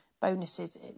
bonuses